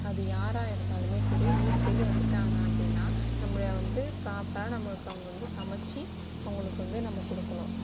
அது யாராக இருந்தாலும் சரி வீடு தேடி வந்துட்டாங்க அப்படினா நம்ம வந்து ப்ராப்பராக நம்மளுக்கு அவங்க வந்து சமைத்து அவங்களுக்கு வந்து நம்ம கொடுக்குணும்